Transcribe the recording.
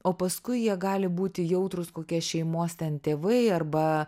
o paskui jie gali būti jautrūs kokie šeimos ten tėvai arba